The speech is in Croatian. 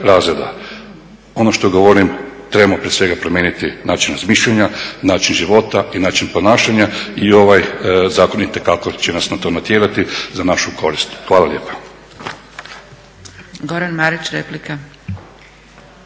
Ono što govorim, trebamo prije svega promijeniti način razmišljanja, način života i način ponašanja i ovaj zakon će nas itekako na to natjerati, za našu korist. Hvala lijepa.